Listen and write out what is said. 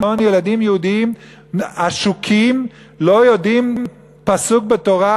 ילדים יהודים עשוקים לא יודעים פסוק בתורה,